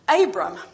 Abram